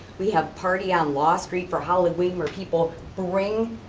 we have party on lawe street for halloween, where people bring,